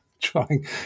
trying